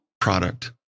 product